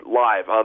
live